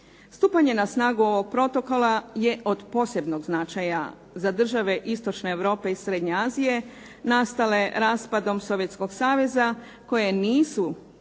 Stupanje na snagu ovog protokola je od posebnog značaja za države istočne Europe i srednje Azije, nastale raspadom Sovjetskog saveza koja nisu